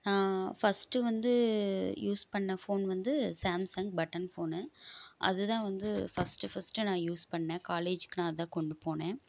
நான் ஃபஸ்ட்டு வந்து யூஸ் பண்ண ஃபோன் வந்து சாம்சங் பட்டன் ஃபோனு அதுதான் வந்து ஃபஸ்ட்டு ஃபஸ்ட்டு நான் யூஸ் பண்ணேன் காலேஜுக்கு நான் அதான் கொண்டு போனேன்